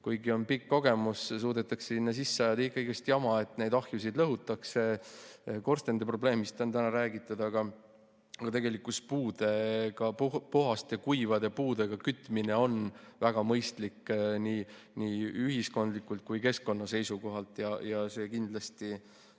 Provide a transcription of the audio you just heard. [ahjukütmise] kogemus, suudetakse ikka sinna sisse ajada igasugust jama, nii et neid ahjusid lõhutakse. Korstende probleemist on täna räägitud, aga tegelikkuses puudega, puhaste kuivade puudega kütmine on väga mõistlik nii ühiskonna kui ka keskkonna seisukohalt. See kindlasti